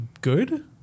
good